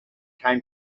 came